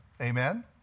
Amen